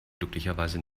glücklicherweise